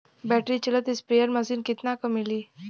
Battery चलत sprayer machine कितना क मिली?